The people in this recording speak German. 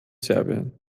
serbien